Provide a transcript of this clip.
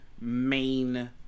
main